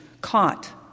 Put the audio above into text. caught